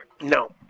No